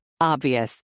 obvious